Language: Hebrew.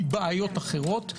מבעיות אחרות,